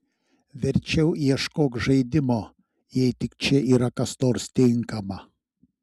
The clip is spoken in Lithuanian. verčiau ieškok žaidimo jei tik čia yra kas nors tinkama